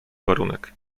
warunek